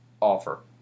offer